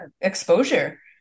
exposure